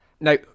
now